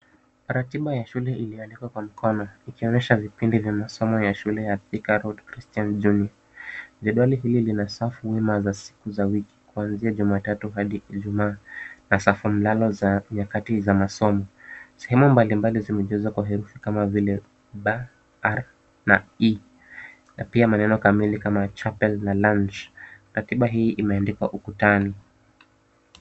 Ratiba ya shule iliyoandikwa kwa mkono ikionyesha vipindi vya masomo ya shule ya Thika Road Christian Junior. Jedwali hili lina safu wima za siku za wiki kuanzia jumatatu hadi ijumaa na safu mlalo za nyakati za masomo. Sehemu mbalimbali zimejazwa kwa herefi kama vile, B, R na E na pia maneno kamili kama chapel na lunch . Katiba hii imeandikwa ukutani.